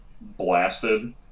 blasted